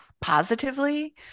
positively